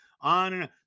On